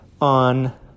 on